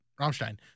Rammstein